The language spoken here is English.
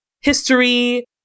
history